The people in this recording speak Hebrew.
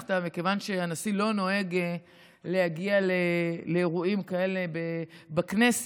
נכחת מכיוון שהנשיא לא נוהג להגיע לאירועים כאלה בכנסת.